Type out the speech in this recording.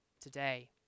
today